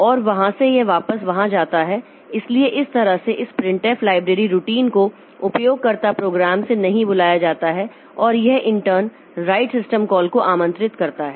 और वहां से यह वापस वहां जाता है इसलिए इस तरह से इस प्रिंटफ लाइब्रेरी रूटीन को उपयोगकर्ता प्रोग्राम से नहीं बुलाया जाता है और यह इंटर्न राइट सिस्टम कॉल को आमंत्रित करता है